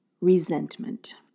resentment